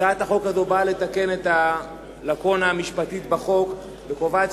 הצעת החוק הזאת באה לתקן את הלקונה המשפטית בחוק וקובעת